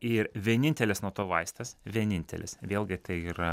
ir vienintelis nuo to vaistas vienintelis vėlgi tai yra